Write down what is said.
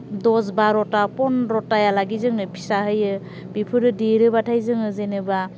दस बार'था पन्द्र'था लागि जोंनो फिसा होयो बेफोरो देरोबाथाय जों जेनेबा